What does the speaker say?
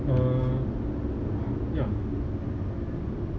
uh ya